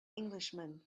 englishman